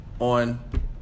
on